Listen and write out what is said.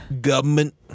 government